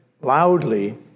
loudly